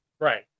Right